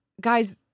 guys